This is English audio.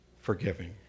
forgiving